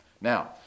Now